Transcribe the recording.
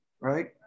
right